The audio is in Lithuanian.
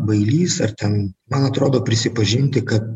bailys ar ten man atrodo prisipažinti kad